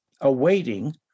awaiting